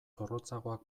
zorrotzagoak